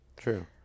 True